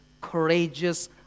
courageous